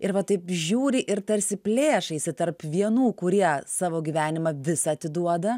ir va taip žiūri ir tarsi plėšaisi tarp vienų kurie savo gyvenimą visą atiduoda